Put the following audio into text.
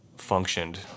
functioned